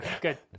Good